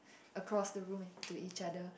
across the room into each other